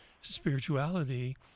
spirituality